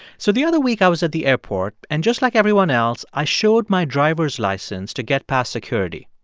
so the other week, i was at the airport, and just like everyone else, i showed my driver's license to get past security.